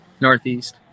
northeast